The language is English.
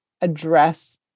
address